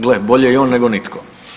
Gle, bolje i on nego nitko.